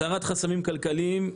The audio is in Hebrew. הסרת חסמים כלכליים.